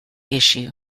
issue